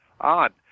on